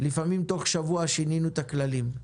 לפעמים בתוך שבוע שינינו את הכללים.